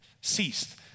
ceased